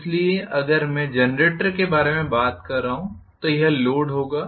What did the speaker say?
इसलिए अगर मैं जनरेटर के बारे में बात कर रहा हूं तो यह लोड होगा